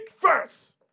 first